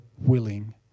willing